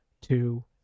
two